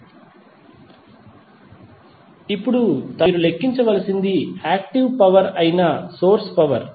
12◦ A ఇప్పుడు తరువాత మీరు లెక్కించ వలసినది యాక్టివ్ పవర్ అయిన సోర్స్ పవర్